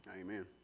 Amen